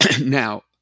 Now